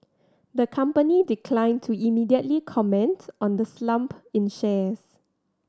the company declined to immediately comment on the slump in shares